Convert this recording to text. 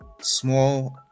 small